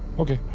okay.